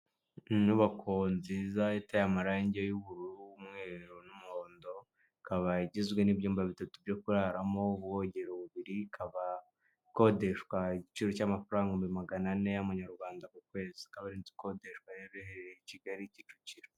Inyubako nziza itaye amarangi y'ubururu, umweru n'umuhondo, ikaba igizwe n'ibyumba bitatu byo kuraramo, ubwogera bubiri, ikaba ikodeshwa igiciro cy'amafaranga ibihumbi magana ane y'Amanyarwanda ku kwezi, ikaba ari inzi ikodeshwa iherereye i Kigali Kicukiro.